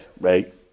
right